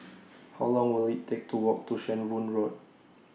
How Long Will IT Take to Walk to Shenvood Road